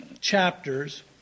chapters